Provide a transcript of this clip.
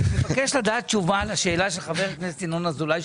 אני מבקש לדעת תשובה לשאלה של חבר הכנסת ינון אזולאי,